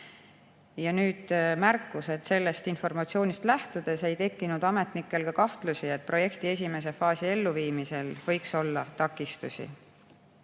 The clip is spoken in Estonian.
Ja nüüd märkus: sellest informatsioonist lähtudes ei tekkinud ametnikel kahtlusi, et projekti esimese faasi elluviimisel võiks olla takistusi.